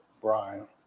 Brian